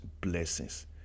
blessings